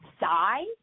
die